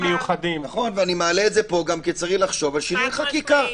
ואני מעלה את זה פה כי צריך לחשוב על שינוי חקיקה.